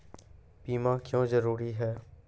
बीमा क्यों जरूरी हैं?